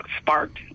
sparked